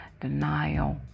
denial